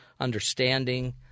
understanding